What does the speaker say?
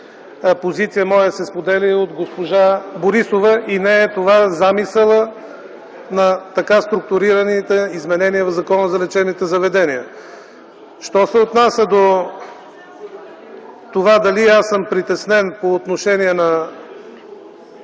позиция се споделя и от госпожа Борисова и не е това замисълът на така структурираните изменения в Закона за лечебните заведения. Що се отнася до това дали съм притеснен, че ще